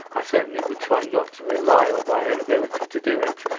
i certainly would try not to rely on my own ability to do it.